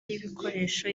y’ibikoresho